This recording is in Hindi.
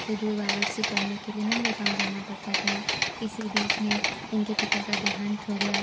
से दूर वाराणसी पढ़ने के लिए नंगे पाँव जाना पड़ता था इसी बीच में इनके पिता का देहांत हो गया